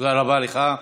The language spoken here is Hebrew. תודה רבה לך.